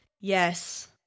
Yes